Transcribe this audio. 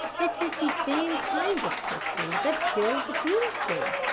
it is the same kind of pistol that killed bulford.